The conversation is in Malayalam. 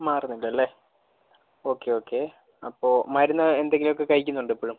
മാറുന്നില്ലല്ലെ ഓക്കെ ഓക്കെ അപ്പോൾ മരുന്ന് എന്തെങ്കിലും ഒക്കെ കഴിക്കുന്നുണ്ടൊ ഇപ്പഴും